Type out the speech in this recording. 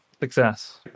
success